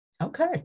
okay